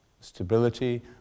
stability